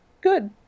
Good